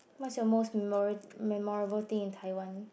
what's your most mero~ memorable thing in Taiwan